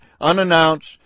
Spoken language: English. unannounced